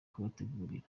kubategurira